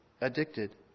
addicted